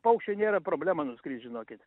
paukščiui nėra problema nuskris žinokit